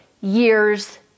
years